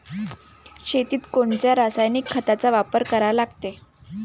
शेतीत कोनच्या रासायनिक खताचा वापर करा लागते?